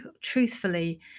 truthfully